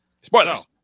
spoilers